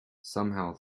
somehow